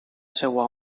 seua